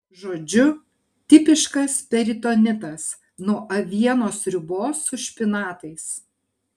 žodžiu tipiškas peritonitas nuo avienos sriubos su špinatais